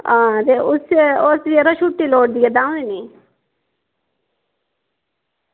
आं यरो उस छुट्टी लोड़दी ऐ दं'ऊ दिनें दी